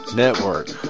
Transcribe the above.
network